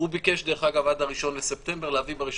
הוא ביקש דרך אגב עד ה-1 בספטמבר, להניח ב-1